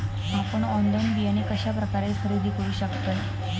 आपन ऑनलाइन बियाणे कश्या प्रकारे खरेदी करू शकतय?